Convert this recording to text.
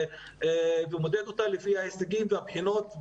ומודד אותה לפי ההישגים והבחינות,